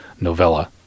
novella